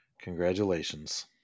congratulations